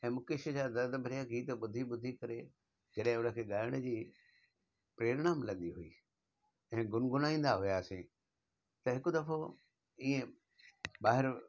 ऐं मुकेश जा ॾाढा बढ़िया गीत ॿुधी ॿुधी जॾहिं हुन खे ॻाइण जी प्रेरणा मिलंदी हुई ऐं गुनगुनाईंदा हुआसीं त हिकु दफ़ो ईअं ॿाहिरियो